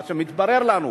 מה שמתברר לנו,